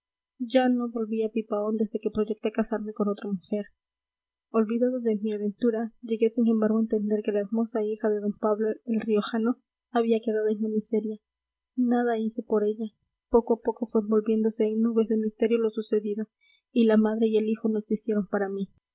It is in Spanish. ya no volví a pipaón desde que proyecté casarme con otra mujer olvidado de mí aventura llegué sin embargo a entender que la hermosa hija de d pablo el riojano había quedado en la miseria nada hice por ella poco a poco fue envolviéndose en nubes de misterio lo sucedido y la madre y el hijo no existieron para mí